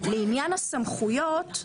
לעניין הסמכויות,